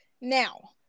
Now